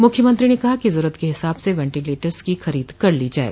मुख्यमंत्री ने कहा कि जरूरत के हिसाब से वेंटीलेटर्स की खरीद कर ली जाये